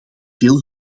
veel